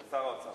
של שר האוצר.